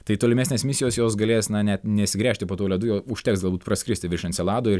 tai tolimesnės misijos jos galės na net nesigręžti po tuo ledu jo užteks galbūt praskristi virš encelado ir